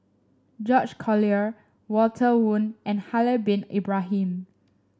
George Collyer Walter Woon and Haslir Bin Ibrahim